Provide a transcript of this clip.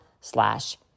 slash